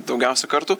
daugiausia kartų